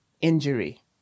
injury